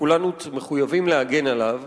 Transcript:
וכולנו מחויבים להגן עליו.